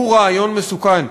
הוא רעיון מסוכן.